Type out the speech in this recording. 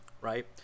right